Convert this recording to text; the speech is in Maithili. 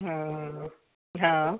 हुँ हँ